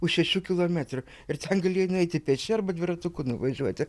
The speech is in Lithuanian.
už šešių kilometrų ir ten galėjai nueiti pėsčia arba dviratuku nuvažiuoti